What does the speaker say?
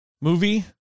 movie